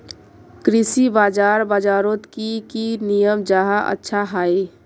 कृषि बाजार बजारोत की की नियम जाहा अच्छा हाई?